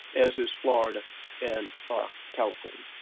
as is florida and ah california.